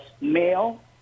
male